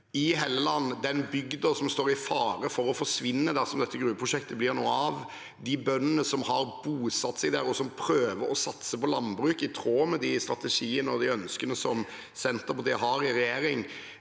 i Helleland, den bygda som står i fare for å forsvinne dersom dette gruveprosjektet blir noe av, de bøndene som har bosatt seg der, og som prøver å satse på landbruk i tråd med de strategiene og ønskene som Senterpartiet har i regjering,